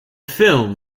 film